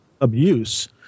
abuse